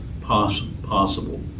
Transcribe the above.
possible